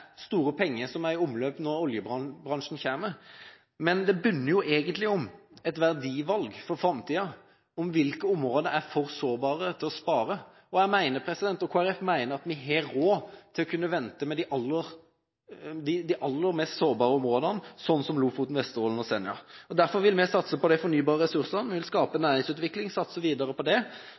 store penger som er i omløp når oljebransjen kommer. Men det bunner egentlig i et verdivalg for framtiden, om hvilke områder som er for sårbare til å åpne. Kristelig Folkeparti mener at vi har råd til å vente med de aller mest sårbare områdene, slik som Lofoten, Vesterålen og Senja. Derfor vil vi satse på de fornybare ressursene, vi vil satse videre på